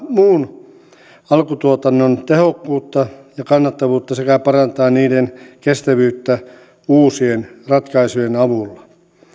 muun alkutuotannon tehokkuutta ja kannattavuutta sekä parantaa niiden kestävyyttä uusien ratkaisujen avulla